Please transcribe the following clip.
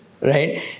right